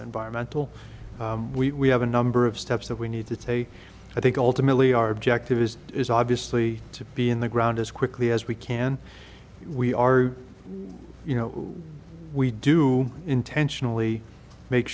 environmental we have a number of steps that we need to take i think ultimately our objective is is obviously to be in the ground as quickly as we can we are you know we do intentionally make